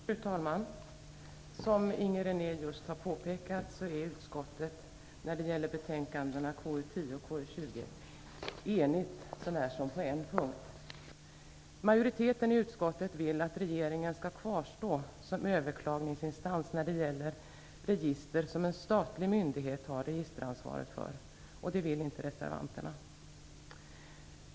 Fru talman! Som Inger René just har påpekat är utskottet när det gäller betänkandena KU10 och KU20 enigt så när som på en punkt. Majoriteten i utskottet vill att regeringen skall kvarstå som överklagningsinstans när det gäller register som en statlig myndighet har registeransvaret för. Det vill inte reservanterna.